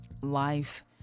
Life